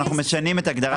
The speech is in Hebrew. אנחנו משנים את ההגדרה.